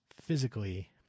physically